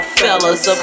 fellas